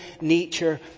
nature